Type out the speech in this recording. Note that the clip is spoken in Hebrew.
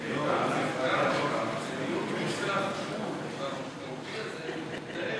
יש טעם לפגם שדיון בנושא החשוב והמהותי הזה מתנהל